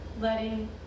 letting